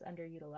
underutilized